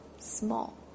Small